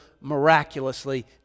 miraculously